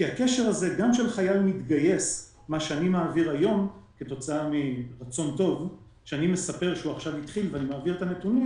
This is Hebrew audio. כי הנתונים שאני מעביר היום כתוצאה מרצון טוב אלה נתונים